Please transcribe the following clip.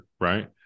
right